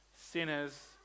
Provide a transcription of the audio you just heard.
sinners